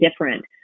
different